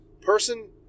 person